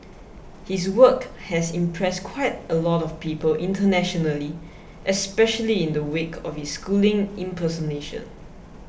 his work has impressed quite a lot of people internationally especially in the wake of his schooling impersonation